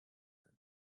sind